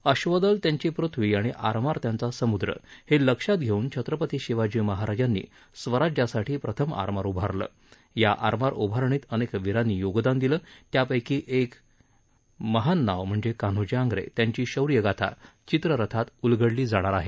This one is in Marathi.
अश्वदल त्यांची पृथ्वी आणि आरमार त्यांचा समुद्र हे लक्षात घेऊन छत्रपती शिवाजी महाराजांनी स्वराज्यासाठी प्रथम आरमार उभारलं या आरमार उभारणीत अनेक वीरांनी योगदान दिलं त्यापैकी एक म्हणजे कान्होजी आंप्रे त्यांची शौर्यगाथा चित्ररथात उलगडली जाणार आहे